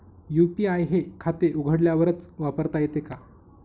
UPI हे खाते उघडल्यावरच वापरता येते का?